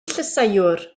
llysieuwr